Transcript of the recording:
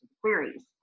queries